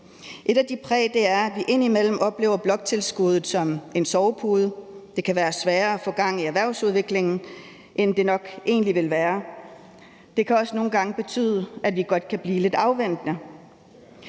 Et af de præg er, at vi indimellem oplever bloktilskuddet som en sovepude, og at det kan være sværere at få gang i erhvervsudviklingen, end det nok egentlig ville være, og det kan nogle gange også betyde, at vi godt kan blive lidt afventende.